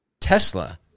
Tesla